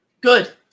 good